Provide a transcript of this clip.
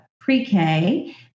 pre-K